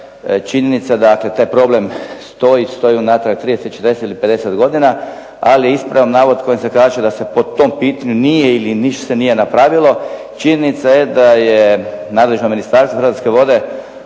Činjenica dakle, taj problem stoji. Stoji unatrag 30, 40 ili 50 godina, ali ispravljam navod kojim se kaže da se po tom pitanju nije ili ništa se nije napravilo. Činjenica je da je nadležno ministarstvo i Hrvatske vode